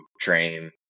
train